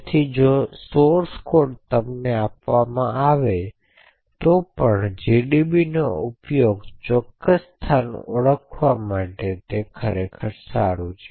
તેથી જો કે સ્રોત કોડ તમને આપવામાં આવે છે તો પણ જીડીબીનો ઉપયોગચોક્કસ સ્થાનો ઓળખવા તે ખરેખર સારું છે